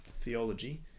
theology